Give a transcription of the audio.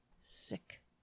Sick